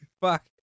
Fuck